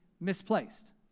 misplaced